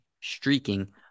streaking